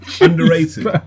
underrated